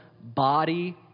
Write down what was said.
body